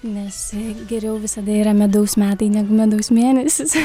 nes geriau visada yra medaus metai negu medaus mėnesis